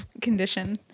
Condition